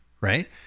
right